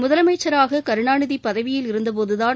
முதலமைச்சராக கருணாநிதி பதவியில் இருந்தபோதுதான்